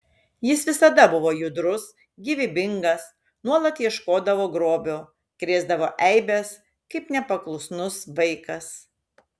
jis visada buvo judrus gyvybingas nuolat ieškodavo grobio krėsdavo eibes kaip nepaklusnus vaikas